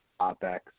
OPEX